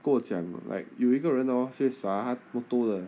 跟我讲 like 有一个人 orh sibeh 傻他 motor 的